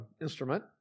instrument